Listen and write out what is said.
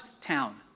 town